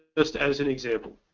just as an example.